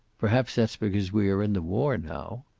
perhaps that's because we are in the war, now.